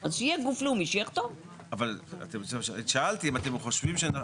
אבל שאלתי אם אתם חושבים.